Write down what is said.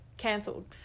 cancelled